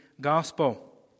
gospel